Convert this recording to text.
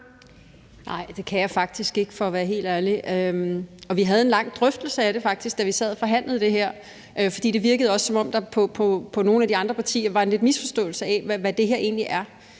Nej, det kan jeg faktisk ikke, for at være helt ærlig. Vi havde faktisk en lang drøftelse af det, da vi sad og forhandlede det her, for det virkede også på nogle af de andre partier, som om der lidt var en misforståelse af, hvad det her egentlig er.